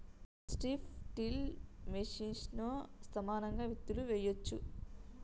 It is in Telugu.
స్ట్రిప్ టిల్ మెషిన్తో సమానంగా విత్తులు వేయొచ్చు